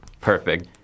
perfect